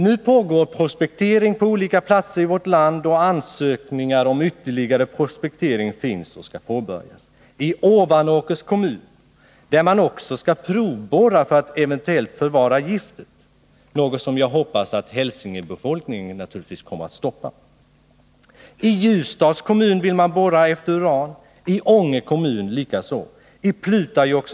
Nu pågår prospektering på olika platser i vårt land, och ansökningar om ytterligare prospektering har lämnats in. Jag kan nämna t.ex. Ovanåkers kommun, där man också skall provborra för en eventuell förvaring av giftet — något som jag naturligtvis hoppas att hälsingebefolkningen kommer att stoppa. I Ljusdals kommun vill man borra efter uran liksom också i Ånge kommun.